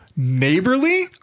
Neighborly